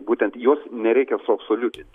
būtent jos nereikia suabsoliutinti